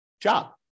job